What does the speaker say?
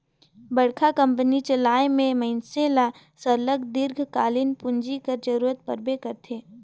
बड़का कंपनी चलाए में मइनसे ल सरलग दीर्घकालीन पूंजी कर जरूरत परबे करथे